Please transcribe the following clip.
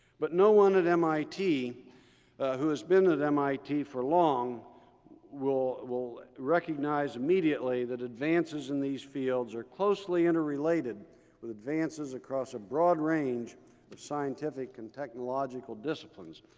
but no one at mit who has been at mit for long will will recognize immediately that advances in these fields are closely interrelated with advances across a broad range of scientific and technological disciplines,